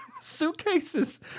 suitcases